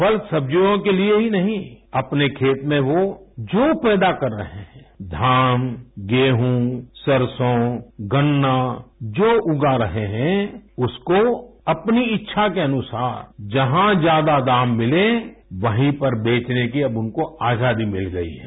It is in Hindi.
फल सब्जियों के लिए ही नहीं अपने खेत में वो जो पैदा कर रहें हैं धान गेहूं सरसों गन्ना जो उगा रहे हैं उसको अपनी इच्छा के अनुसार जहाँ ज्यादा दाम मिले वर्हीं पर बेचने की अब उनको आजादी मिल गई है